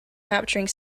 capturing